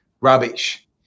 rubbish